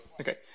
Okay